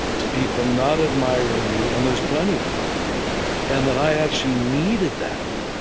to people not admiring me and there's plenty of them and that i actually needed that.